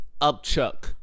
Upchuck